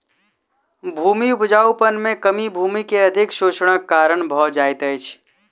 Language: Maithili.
भूमि उपजाऊपन में कमी भूमि के अधिक शोषणक कारण भ जाइत अछि